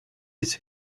his